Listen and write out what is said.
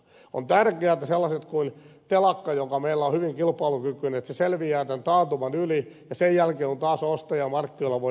on tärkeää että sellaiset kuin telakka joka meillä on hyvin kilpailukykyinen selviävät tämän taantuman yli ja sen jälkeen on taas ostajia ja markkinoilla voi pärjätä